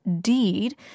deed